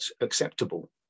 acceptable